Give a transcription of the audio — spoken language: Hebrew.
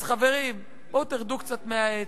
אז, חברים, בואו תרדו מהעץ